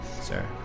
sir